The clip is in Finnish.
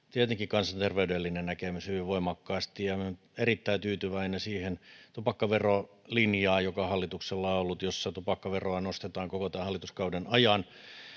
kansanterveydellinen näkemys hyvin voimakkaasti ja minä olen erittäin tyytyväinen siihen tupakkaverolinjaan joka hallituksella on ollut jossa tupakkaveroa nostetaan koko tämän hallituskauden ajan